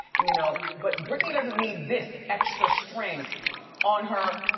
you know but britney doesn't need this extra string on her